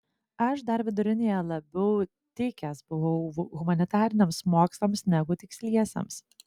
aš dar vidurinėje labiau tikęs buvau humanitariniams mokslams negu tiksliesiems